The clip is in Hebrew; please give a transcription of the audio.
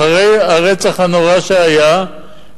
אחרי הרצח הנורא שהיה,